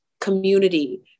community